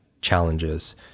challenges